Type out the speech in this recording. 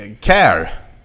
care